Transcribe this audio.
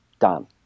done